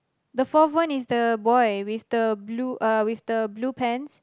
the fourth one is the boy with the blue uh with the blue pants